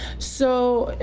so,